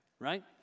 right